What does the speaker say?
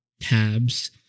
tabs